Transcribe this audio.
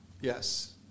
Yes